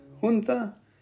junta